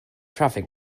traffic